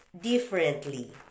differently